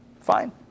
Fine